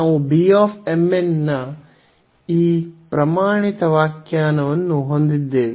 ನಾವು B m n ನ ಈ ಪ್ರಮಾಣಿತ ವ್ಯಾಖ್ಯಾನವನ್ನು ಹೊಂದಿದ್ದೇವೆ